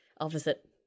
opposite